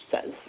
says